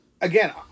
again